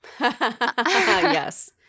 Yes